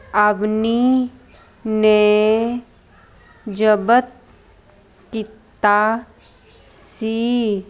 ਅਵਨੀ ਨੇ ਜ਼ਬਤ ਕੀਤਾ ਸੀ